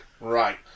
Right